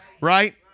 Right